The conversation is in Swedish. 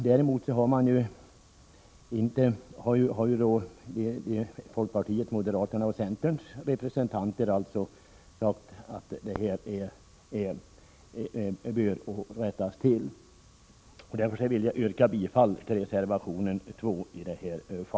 Däremot har folkpartiets, moderaternas och centerns representanter uttalat att det här bör rättas till, och jag yrkar bifall till reservation 2.